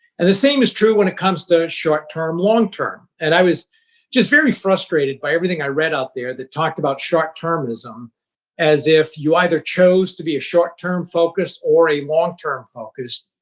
and the same is true when it comes to short-term long-term. and i was just very frustrated by everything i read out there that talked about short-termism as if you either chose to be a short-term focused or a long-term focused.